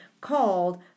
called